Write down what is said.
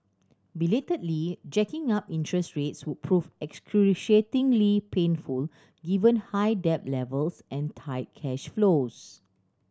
belatedly jacking up interest rates would prove excruciatingly painful given high debt levels and tight cash flows